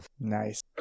nice